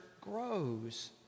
grows